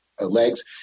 legs